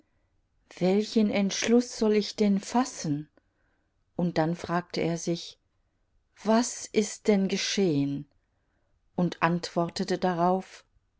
welchen entschluß soll ich denn fassen und dann fragte er sich was ist denn geschehen und antwortete darauf